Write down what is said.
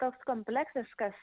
toks kompleksiškas